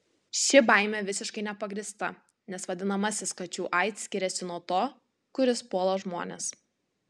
ši baimė visiškai nepagrįsta nes vadinamasis kačių aids skiriasi nuo to kuris puola žmones